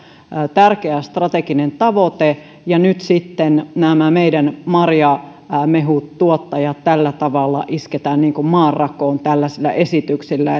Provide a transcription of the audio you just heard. tärkeä strateginen tavoite nyt sitten nämä meidän marjamehutuottajat tällä tavalla isketään niin kuin maan rakoon tällaisilla esityksillä